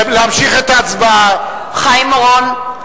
(קוראת בשמות חברי הכנסת) חיים אורון,